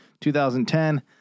2010